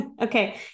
Okay